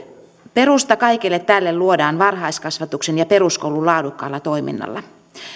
perusta kaikelle tälle luodaan varhaiskasvatuksen ja peruskoulun laadukkaalla toiminnalla